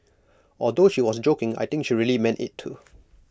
although she was joking I think she really meant IT too